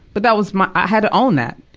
but that was my, i had to own that.